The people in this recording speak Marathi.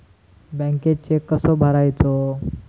बँकेत चेक कसो भरायचो?